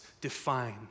define